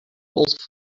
wolf